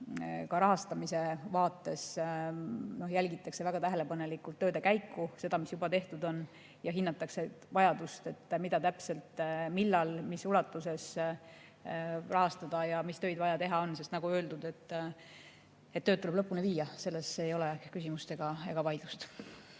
ka rahastamise vaates jälgitakse väga tähelepanelikult tööde käiku, seda, mis juba tehtud on, ja hinnatakse vajadust, mida täpselt, millal, mis ulatuses rahastada ja mis töid vaja teha on. Nagu öeldud, tööd tuleb lõpule viia, selles ei ole küsimust ega vaidlust.